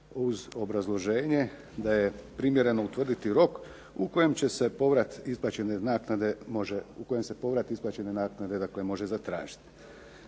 uz obrazloženje da je primjereno utvrditi rok u kojem će se povrat isplaćene naknade može zatražiti.